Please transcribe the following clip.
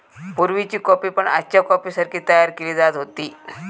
पुर्वीची कॉफी पण आजच्या कॉफीसारखी तयार केली जात होती